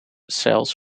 cells